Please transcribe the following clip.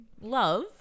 Love